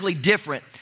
different